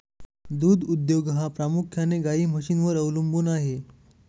दूध उद्योग हा प्रामुख्याने गाई म्हशींवर अवलंबून आहे